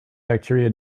bacteria